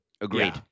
Agreed